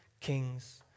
kings